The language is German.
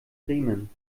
bremen